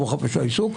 וחופש העיסוק.